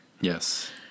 Yes